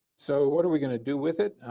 so what are we going to do with it?